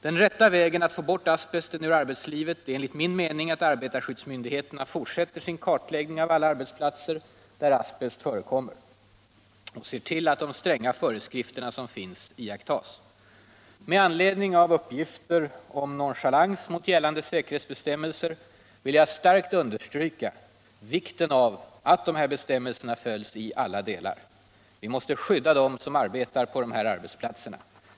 Den rätta vägen att få bort asbesten ur arbetslivet är enligt min mening att arbetarskyddsmyndigheterna fortsätter sin kartläggning av alla arbetsplatser där asbest förekommer och ser till att de stränga föreskrifter som finns iakttas. Med anledning av uppgifter om nonchalans mot gällande säkerhetsbestämmelser vill jag starkt understryka vikten av att dessa följs i alla delar. Vi måste skydda dem som arbetar på de här arbetsplatserna.